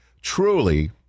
truly